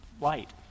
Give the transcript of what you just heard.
light